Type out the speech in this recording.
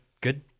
Good